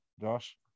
Josh